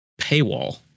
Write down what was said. paywall